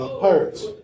Pirates